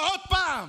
עוד פעם,